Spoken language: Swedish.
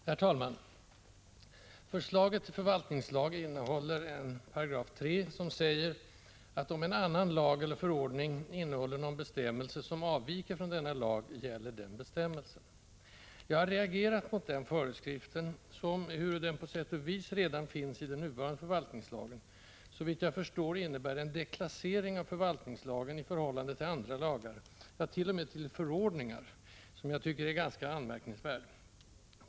Herr talman! Förslaget till förvaltningslag innehåller en paragraf, 3 §, som säger: ”Om en annan lag eller en förordning innehåller någon bestämmelse som avviker från denna lag, gäller den bestämmelsen.” Jag har reagerat mot den föreskriften, som — ehuru den på sätt och vis redan finns i den nuvarande förvaltningslagen — såvitt jag förstår innebär en deklassering av förvaltningslagen i förhållande till andra lagar — ja, t.o.m. till förordningar — som jag tycker är ganska anmärkningsvärd.